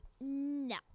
no